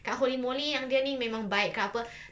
kat Holey Moley yang dia ni memang baik ke apa